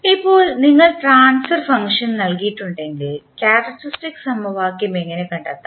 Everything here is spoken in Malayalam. ഇപ്പോൾ നിങ്ങൾക്ക് ട്രാൻസ്ഫർ ഫംഗ്ഷൻ നൽകിയിട്ടുണ്ടെങ്കിൽ ക്യാരക്ക്റ്ററിസ്റ്റിക് സമവാക്യം എങ്ങനെ കണ്ടെത്താം